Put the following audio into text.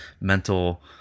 mental